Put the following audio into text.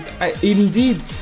Indeed